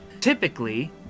typically